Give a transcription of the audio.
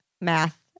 Math